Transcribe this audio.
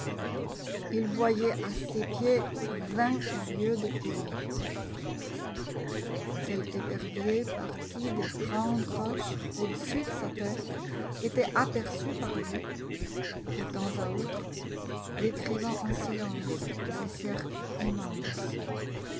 il voyait à ses pieds vingt lieues de pays quelque épervier parti des grandes roches au-dessus de sa tête était aperçu par lui de temps à autre décrivant en silence ses cercles immenses